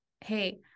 hey